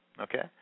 okay